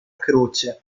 croce